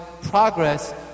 progress